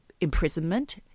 imprisonment